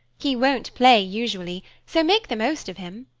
he won't play usually, so make the most of him.